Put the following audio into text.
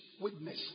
witness